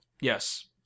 Yes